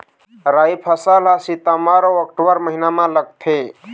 राई फसल हा सितंबर अऊ अक्टूबर महीना मा लगथे